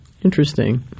Interesting